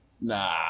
Nah